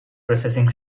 processing